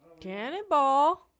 Cannonball